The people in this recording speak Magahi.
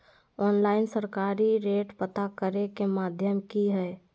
ऑनलाइन सरकारी रेट पता करे के माध्यम की हय?